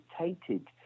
dictated